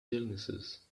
illnesses